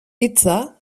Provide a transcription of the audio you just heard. hitza